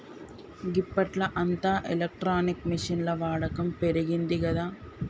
గిప్పట్ల అంతా ఎలక్ట్రానిక్ మిషిన్ల వాడకం పెరిగిందిగదా